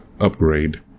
upgrade